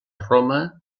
roma